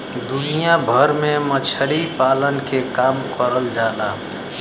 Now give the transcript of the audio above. दुनिया भर में मछरी पालन के काम करल जाला